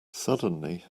suddenly